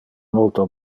multo